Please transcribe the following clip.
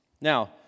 Now